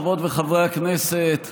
חברות וחברי הכנסת,